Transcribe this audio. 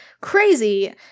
crazy